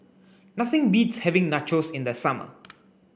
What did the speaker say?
nothing beats having Nachos in the summer